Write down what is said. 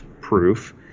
proof